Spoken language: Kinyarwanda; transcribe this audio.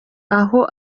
aho